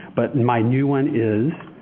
but my new one is